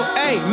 hey